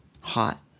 hot